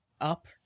up